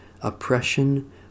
oppression